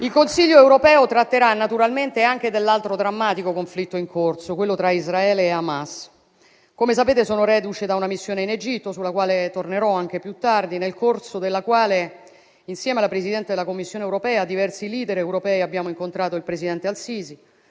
Il Consiglio europeo tratterà naturalmente anche dell'altro drammatico conflitto in corso, quello tra Israele e Hamas. Come sapete, sono reduce da una missione in Egitto (sulla quale tornerò anche più tardi), nel corso della quale, insieme alla Presidente della Commissione europea e a diversi *leader* europei, abbiamo incontrato il presidente al-Sisi,